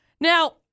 Now